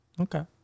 Okay